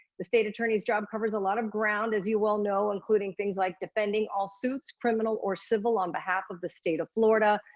the state attorney's job covers a lot of ground as you well know, including things like defending all suits, criminal or civil, on behalf of the state of florida,